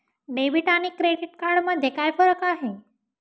Debit आणि credit card मध्ये काय फरक आहे?